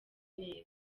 neza